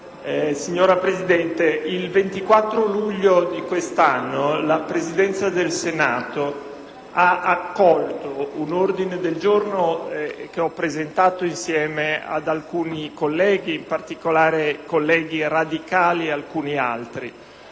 Signora Presidente, il 24 luglio di quest'anno, la Presidenza del Senato ha accolto un ordine del giorno, che ho presentato insieme ad alcuni colleghi, in particolare senatori radicali, che